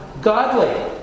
godly